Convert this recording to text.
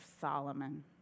Solomon